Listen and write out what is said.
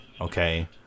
Okay